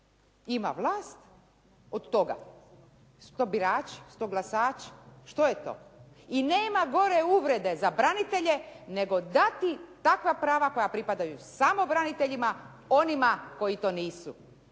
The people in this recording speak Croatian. ima vlast od toga? Jesu to birači? Jesu to glasači? Što je to? I nema gore uvrede za branitelje nego dati takva prava koja pripadaju samo braniteljima, onima koji to nisu.